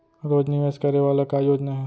रोज निवेश करे वाला का योजना हे?